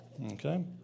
Okay